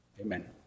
Amen